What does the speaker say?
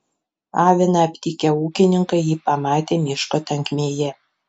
aviną aptikę ūkininkai jį pamatė miško tankmėje